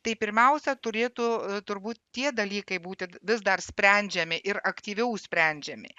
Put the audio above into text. tai pirmiausia turėtų turbūt tie dalykai būti vis dar sprendžiami ir aktyviau sprendžiami